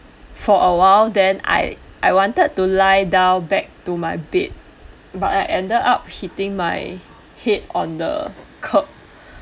for a while then I I wanted to lie down back to my bed but I ended up hitting my head on the kerb